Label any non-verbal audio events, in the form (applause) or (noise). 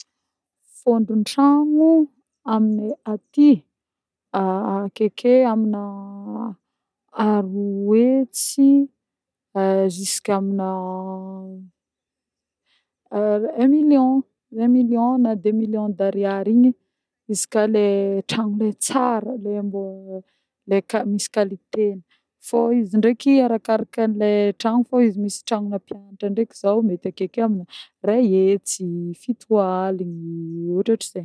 Fôndrin-tragno amineh aty (hesitation) ake amina (hesitation) roa hetsy jusk'amina (hesitation) un million un million na deux millions d'ariary igny izy koà le tragno le tsara le mbô le quali- misy qualité ny fô izy ndreky arakaraka an'le tragno fô izy misy tragnona mpianatra ndreky zô mety akeke amina ray hetsy, fito aligny ôhatrôhatr'zegny.